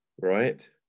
Right